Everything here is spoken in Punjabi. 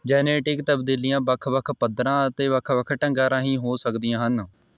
ਜੈਨੇਟਿਕ ਤਬਦੀਲੀਆਂ ਵੱਖ ਵੱਖ ਪੱਧਰਾਂ ਅਤੇ ਵੱਖ ਵੱਖ ਢੰਗਾਂ ਰਾਹੀਂ ਹੋ ਸਕਦੀਆਂ ਹਨ